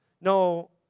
No